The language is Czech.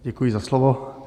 Děkuji za slovo.